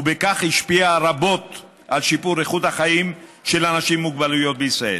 ובכך השפיעה רבות על שיפור איכות החיים של אנשים עם מוגבלויות בישראל.